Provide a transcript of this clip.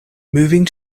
moving